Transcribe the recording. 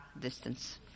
distance